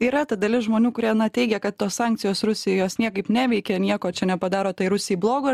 yra ta dalis žmonių kurie teigia kad tos sankcijos rusijai jos niekaip neveikia nieko čia nepadaro tai rusijai blogo